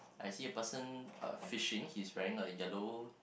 I see a person uh fishing he's wearing a yellow